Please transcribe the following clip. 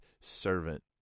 servant